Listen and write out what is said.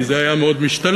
כי זה היה מאוד משתלם.